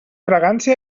fragància